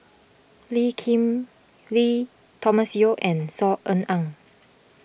Lee Kip Lee Thomas Yeo and Saw Ean Ang